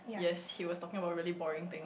yes he was talking about really boring thing